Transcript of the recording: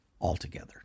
altogether